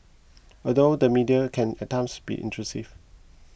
although the media can at times be intrusive